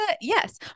yes